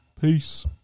Peace